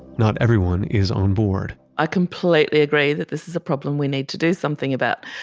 not everyone is on board i completely agree that this is a problem we need to do something about.